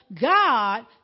God